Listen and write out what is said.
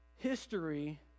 History